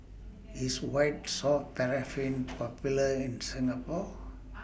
IS White Soft Paraffin Popular in Singapore